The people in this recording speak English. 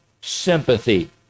Sympathy